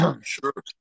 sure